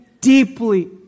deeply